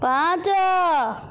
ପାଞ୍ଚ